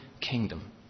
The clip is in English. kingdom